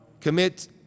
commit